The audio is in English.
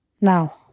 now